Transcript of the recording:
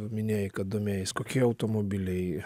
minėjai kad domėjais kokie automobiliai